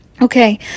Okay